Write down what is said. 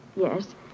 Yes